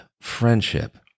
friendship